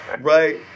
right